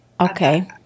Okay